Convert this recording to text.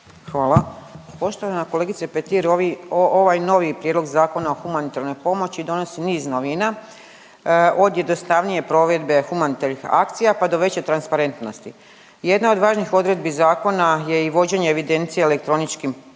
Hvala. Poštovana kolegice Petir ovi, ovaj novi Prijedlog Zakona o humanitarnoj pomoći donosi niz novina od jednostavnije provedbe humanitarnih akcija, pa do veće transparentnosti. Jedna od važnih odredbi zakona je i vođenje evidencije u elektroničkom obliku